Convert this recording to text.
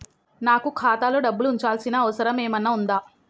నాకు ఖాతాలో డబ్బులు ఉంచాల్సిన అవసరం ఏమన్నా ఉందా?